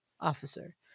officer